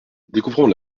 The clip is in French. découvrant